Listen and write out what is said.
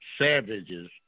savages